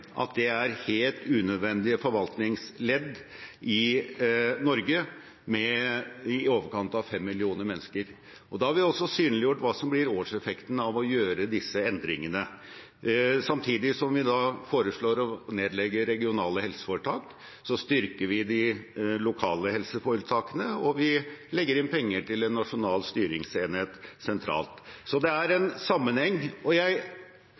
det er helt unødvendige forvaltningsledd i Norge, med i overkant av fem millioner mennesker. Da har vi også synliggjort hva som blir årseffekten av å gjøre disse endringene. Samtidig som vi foreslår å nedlegge de regionale helseforetakene, styrker vi de lokale helseforetakene, og vi legger inn penger til en nasjonal styringsenhet sentralt. Så det er en sammenheng. Jeg